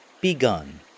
Begun